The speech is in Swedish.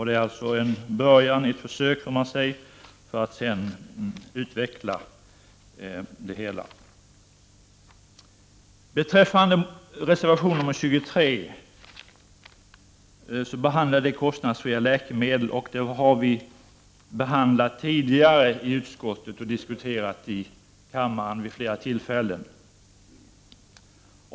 Det är en början — ett försök, om man så vill — på en utbyggnad av den psykoterapeutiska verksamheten. Reservation 23 behandlar kostnadsfria läkemedel. Det är en fråga som utskottet har behandlat tidigare och som också diskuterats i kammaren vid flera tillfällen.